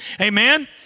Amen